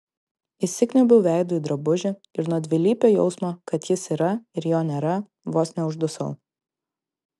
įsikniaubiau veidu į drabužį ir nuo dvilypio jausmo kad jis yra ir jo nėra vos neuždusau